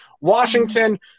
washington